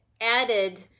added